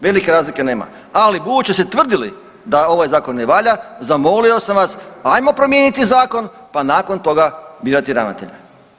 Velike razlike nema, ali ... ste tvrdili da ovaj Zakon ne valja, zamolio sam vas, ajmo promijeniti Zakon pa nakon toga birati ravnatelja.